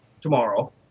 tomorrow